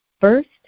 First